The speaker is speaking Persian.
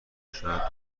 شاید